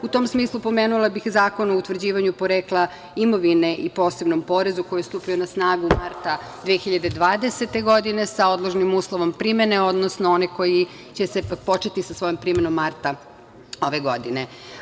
U tom smislu, pomenula bih Zakon o utvrđivanju porekla imovine i posebnom porezu koji je stupio na snagu marta 2020. godine sa odložnim uslovom primene, odnosno onaj koji će početi sa svojom primenom marta ove godine.